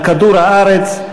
על כדור-הארץ,